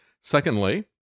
Secondly